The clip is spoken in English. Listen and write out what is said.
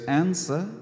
answer